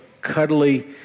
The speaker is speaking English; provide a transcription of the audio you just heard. cuddly